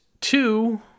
two